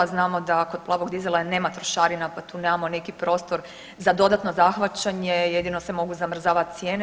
Znamo da kod plavog dizela nema trošarina pa tu nemamo neki prostor za dodatno zahvaćanje, jedino se mogu zamrzavat cijene.